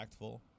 impactful